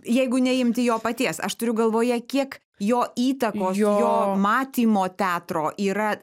jeigu neimti jo paties aš turiu galvoje kiek jo įtakos jo matymo teatro yra